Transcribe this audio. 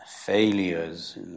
failures